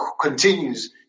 continues